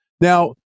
Now